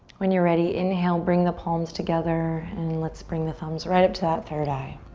when you're ready, inhale, bring the palms together and let's bring the thumbs right up to that third eye.